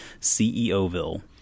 CEOville